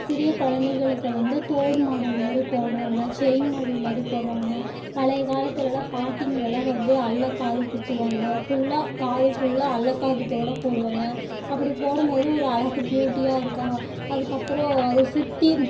சிறிய குழந்தைங்களுக்கு வந்து தோடு மாடல் மாதிரி போடுகிறாங்க செயின் மாடல் மாதிரி போடறாங்க பழைய காலத்துலெல்லாம் பாட்டிங்கள எல்லாம் வந்து அல்லக் காது குத்துவாங்க ஃபுல்லாக காது ஃபுல்லாக அல்லக் காது தோடு போடுவாங்க அப்படி போடும் போது ஒரு அழகு பியூட்டியாக இருக்கா அதுக்கப்புறம் அதை சுற்றி